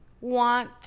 want